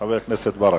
חבר הכנסת מוחמד